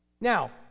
Now